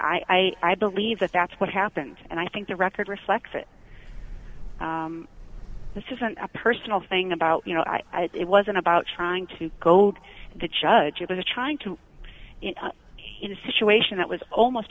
i i believe that that's what happened and i think the record reflects that this isn't a personal thing about you know i it wasn't about trying to goad the judge it was trying to in a situation that was almost